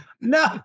No